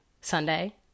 Sunday